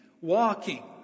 walking